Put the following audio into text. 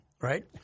right